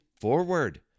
forward